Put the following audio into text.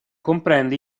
comprende